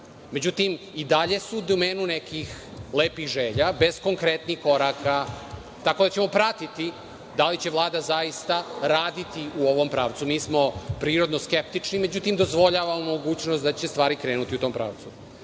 Međutim, i dalje su u domenu nekih lepih želja bez konkretnih koraka, tako da ćemo pratiti da li će Vlada zaista raditi u ovom pravcu. Mi smo prirodno skeptični, međutim dozvoljavamo mogućnost da će stvari krenuti u tom pravcu. Pominje